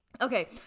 Okay